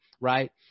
right